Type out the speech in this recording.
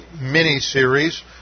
mini-series